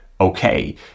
okay